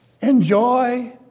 Enjoy